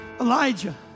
Elijah